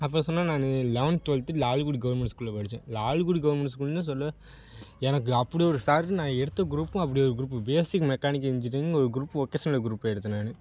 அப்போது சொன்னேன் நான் லெவென்த் டுவெல்த்து லால்குடி கவுர்மெண்ட் ஸ்கூலில் படித்தேன் லால்குடி கவுர்மெண்ட் ஸ்கூல்னு சொல் எனக்கு அப்படி ஒரு சார் நான் எடுத்த க்ரூப்பும் அப்படி ஒரு க்ரூப் பேசிக் மெக்கானிக் இன்ஜினியரிங்னு ஒரு க்ரூப் ஒக்கேஸ்னல் க்ரூப் எடுத்தேன் நான்